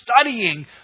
Studying